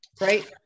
Right